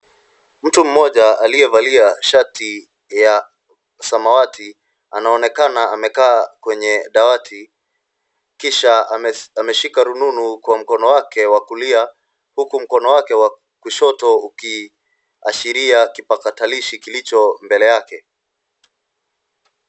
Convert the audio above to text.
Mtu mmoja aliyevalia shati ya samawati anaonekana amekaa kwenye dawati kisha ameshika rununu kwa mkono wake wa kulia huku mkono wake wa kushoto ukiashiria kipakatalishi kilicho mbele yake.